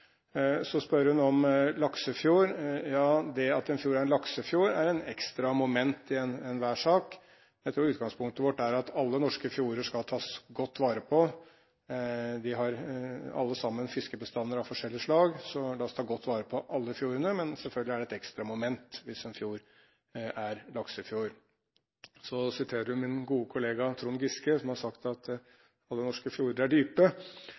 Så spør hun om laksefjord. Det at en fjord er en laksefjord, er et ekstra moment i enhver sak, men jeg tror utgangspunktet vårt er at alle norske fjorder skal tas godt vare på. De har alle sammen fiskebestander av forskjellige slag, så la oss ta godt vare på alle fjordene. Men selvfølgelig er det et ekstra moment hvis en fjord er laksefjord. Interpellanten siterer min gode kollega, Trond Giske, som har sagt at alle norske fjorder er dype.